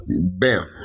Bam